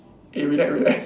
eh relax relax